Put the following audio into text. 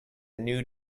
new